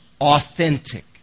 authentic